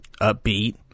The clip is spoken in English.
upbeat